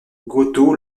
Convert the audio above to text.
gotō